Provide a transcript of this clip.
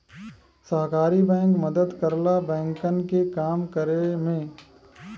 सहकारी बैंक मदद करला बैंकन के काम करे में